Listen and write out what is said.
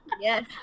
Yes